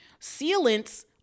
Sealants